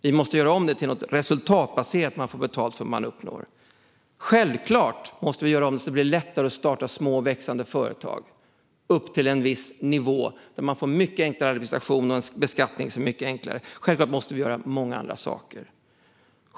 Vi måste göra om det till något resultatbaserat så att man får betalt för vad man uppnår. Självklart måste vi göra det lättare att starta små och växande företag så att man upp till en viss nivå får en mycket enklare administration och beskattning. Självklart måste vi göra många andra saker.